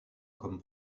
comme